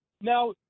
now